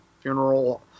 funeral